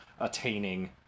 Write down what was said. attaining